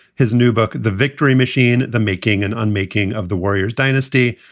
his new book, the victory machine the making and unmaking of the warriors dynasty,